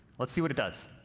let's see what it does.